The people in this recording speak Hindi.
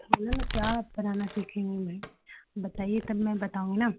बोलो ना क्या बनाना सीखेंगे भई बताइए तब मैं बताऊँगी ना